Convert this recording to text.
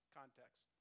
context